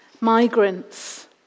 migrants